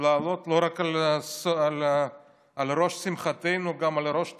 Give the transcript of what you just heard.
לעלות לא רק על ראש שמחתנו גם על ראש תקציבנו.